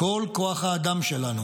כל כוח האדם שלנו.